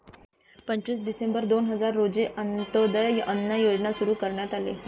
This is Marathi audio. पंचवीस डिसेंबर दोन हजार रोजी अंत्योदय अन्न योजना सुरू करण्यात आली